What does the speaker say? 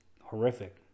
horrific